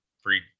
free